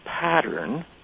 pattern